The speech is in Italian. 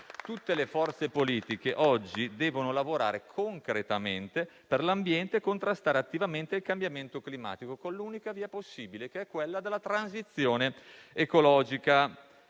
Tutte le forze politiche oggi devono lavorare concretamente per l'ambiente e contrastare attivamente il cambiamento climatico, seguendo l'unica via possibile, che è quella della transizione ecologica.